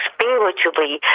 Spiritually